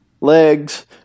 legs